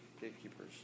Gatekeepers